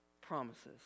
promises